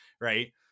Right